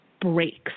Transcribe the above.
breaks